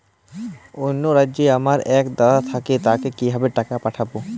অন্য রাজ্যে আমার এক দাদা থাকে তাকে কিভাবে টাকা পাঠাবো?